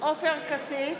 עופר כסיף,